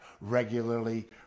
regularly